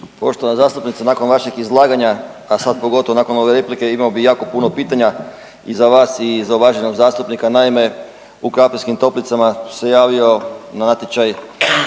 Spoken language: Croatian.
Poštovana zastupnice, nakon vašeg izlaganja a sad pogotovo nakon ove replike imao bih jako puno pitanja i za vas i za uvaženog zastupnika. Naime, u Krapinskim Toplicama se javio na natječaj